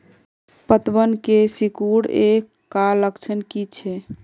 पतबन के सिकुड़ ऐ का लक्षण कीछै?